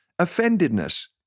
Offendedness